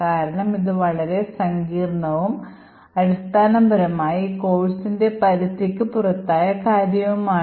കാരണം ഇത് വളരെ സങ്കീർണ്ണവും അടിസ്ഥാനപരമായി ഈ കോഴ്സിൻറെ പരിധിക്ക് പുറത്തായ കാര്യവുമാണ്